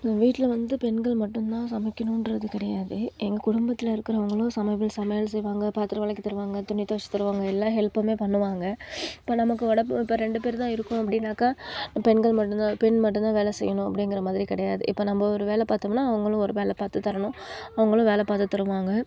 எங்கள் வீட்டில் வந்து பெண்கள் மட்டும்தான் சமைக்கணும்ன்றது கிடையாது எங்கள் குடும்பத்தில் இருக்கிறவங்களும் சமையல் செய்வாங்க பாத்தரம் விளக்கி தருவாங்க துணி தொவைச்சி தருவாங்க எல்லா ஹெல்ப்பும் பண்ணுவாங்க இப்போ நமக்கு உடம்பு இப்போ ரெண்டு பேருதான் இருக்கோம் அப்படினாக்க பெண்கள் மட்டும்தான் பெண் மட்டும்தான் வேலை செய்யணும் அப்டிங்கிற மாதிரி கிடையாது இப்போ நம்ம ஒரு வேலை பார்த்தோம்னா அவங்களும் ஒரு வேலை பார்த்து தரணும் அவங்களும் வேலை பார்த்து தருவாங்க